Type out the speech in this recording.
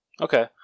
Okay